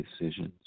decisions